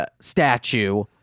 statue